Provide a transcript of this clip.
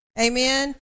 Amen